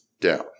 down